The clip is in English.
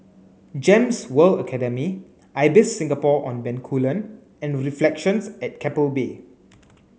GEMS World Academy Ibis Singapore on Bencoolen and Reflections at Keppel Bay